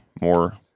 more